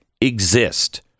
exist